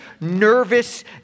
nervous